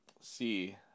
see